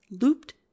looped